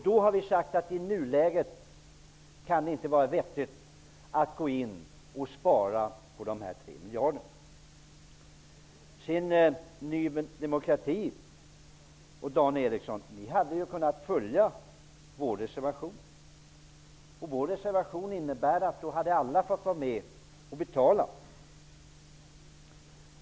Vi har sagt att det i nuläget inte kan vara vettigt att spara in de Ny demokrati och Dan Eriksson hade kunnat ansluta sig till vår reservation. Reservationen innebär att alla skall vara med och betala.